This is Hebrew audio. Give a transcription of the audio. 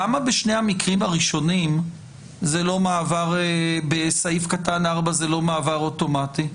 למה בשני המקרים הראשונים בסעיף קטן (4) זה לא מעבר אוטומטי?